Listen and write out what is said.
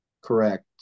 Correct